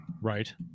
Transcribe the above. right